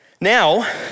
Now